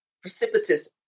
precipitous